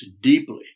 deeply